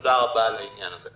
תודה רבה על העניין הזה.